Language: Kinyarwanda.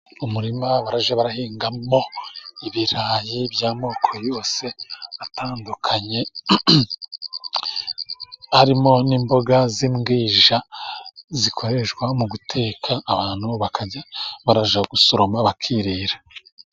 Umurima barajya barahingamo ibirayi by'amoko yose atandukanye, harimo ni imboga z'imbwija zikoreshwa mu guteka, abantu bakajya barajya gusoroma bakirira.